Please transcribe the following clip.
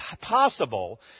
possible